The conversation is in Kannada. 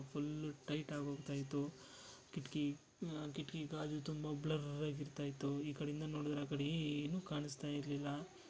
ಫುಲ್ಲು ಟೈಟಾಗೋಗ್ತಾ ಇತ್ತು ಕಿಟಕಿ ಕಿಟಕಿ ಗಾಜು ತುಂಬ ಬ್ಲರ್ರಾಗಿ ಇರ್ತಾ ಇತ್ತು ಈ ಕಡೆಂದ ನೋಡಿದ್ರ್ ಆ ಕಡೆ ಏನೂ ಕಾಣಿಸ್ತಾ ಇರಲಿಲ್ಲ